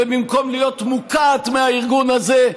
ובמקום להיות מוקעת מהארגון הזה,